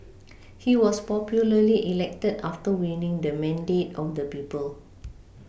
he was popularly elected after winning the mandate on the people